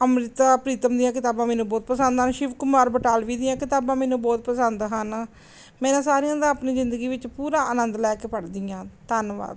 ਅੰਮ੍ਰਿਤਾ ਪ੍ਰੀਤਮ ਦੀਆਂ ਕਿਤਾਬਾਂ ਮੈਨੂੰ ਬਹੁਤ ਪਸੰਦ ਹਨ ਸ਼ਿਵ ਕੁਮਾਰ ਬਟਾਲਵੀ ਦੀਆਂ ਕਿਤਾਬਾਂ ਮੈਨੂੰ ਬਹੁਤ ਪਸੰਦ ਹਨ ਮੇਰਾ ਸਾਰਿਆਂ ਦਾ ਆਪਣੀ ਜ਼ਿੰਦਗੀ ਵਿੱਚ ਪੂਰਾ ਆਨੰਦ ਲੈ ਕੇ ਪੜ੍ਹਦੀ ਹਾਂ ਧੰਨਵਾਦ